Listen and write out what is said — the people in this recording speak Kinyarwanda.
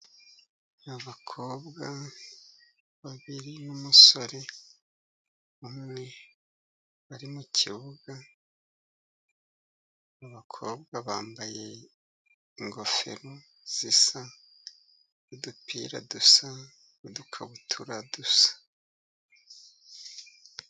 Abakobwa babiri n'umusore umwe bari mukibuga, abakobwa bambaye ingofero zisa nudupira dusa, n'udukabutura dusa.